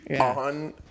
on